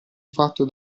fatto